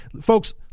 Folks